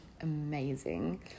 amazing